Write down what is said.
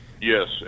Yes